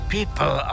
People